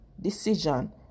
decision